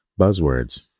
Buzzwords